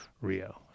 Rio